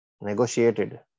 negotiated